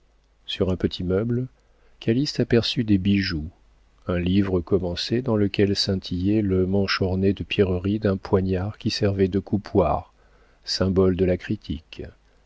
sur un petit meuble calyste aperçut des bijoux un livre commencé dans lequel scintillait le manche orné de pierreries d'un poignard qui servait de coupoir symbole de la critique